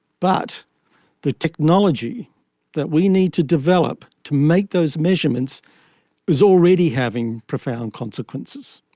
but the technology that we need to develop to make those measurements is already having profound consequences.